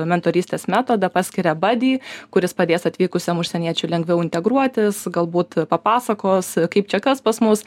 mentorystės metodą paskiria badi kuris padės atvykusiam užsieniečiui lengviau integruotis galbūt papasakos kaip čia kas pas mus